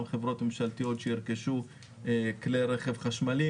חברות ממשלתיות שירכשו כלי רכב חשמליים,